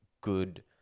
good